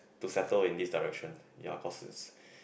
to settle in this direction ya cause it's